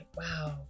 wow